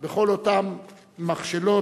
בכל אותן מכשלות